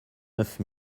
neuf